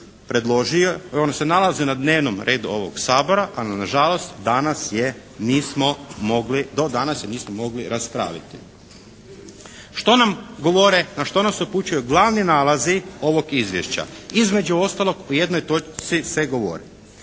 On se nalazio na dnevnom redu ovog Sabora, ali na žalost do danas je nismo mogli, do danas je nismo mogli raspraviti. Što nam govore, na što nas upućuju glavni nalazi ovog izvješća. Između ostalog u jednoj točci se govori.